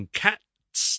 cats